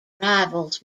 rivals